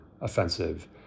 offensive